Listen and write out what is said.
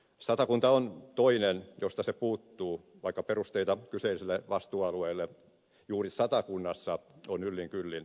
satakunta on toinen josta se puuttuu vaikka perusteita kyseiselle vastuualueelle juuri satakunnassa on yllin kyllin